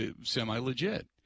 semi-legit